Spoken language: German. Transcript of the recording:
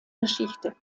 geschichte